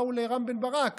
באו לרם בן ברק